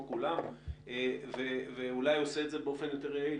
כולם ואולי עושה את זה באופן יותר יעיל,